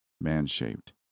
man-shaped